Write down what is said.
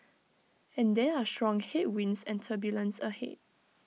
and there are strong headwinds and turbulence ahead